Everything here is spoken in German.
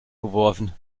geworfen